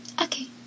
okay